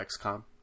XCOM